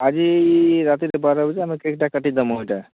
ଆଜି ରାତିର୍ ବାର ବଜେକେ ଆମେ କେକ୍ ଟା କାଟିଦମୁଁ ଇଟା